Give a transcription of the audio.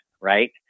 right